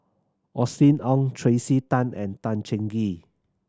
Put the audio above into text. Austen Ong Tracey Tan and Tan Cheng Kee